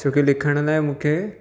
छोकी लिखण लाइ मूंखे